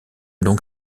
donc